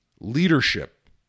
leadership